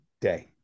day